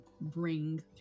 bring